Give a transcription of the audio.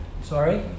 Sorry